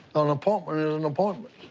an appointment is an appointment.